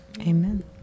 Amen